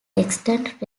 extant